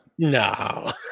No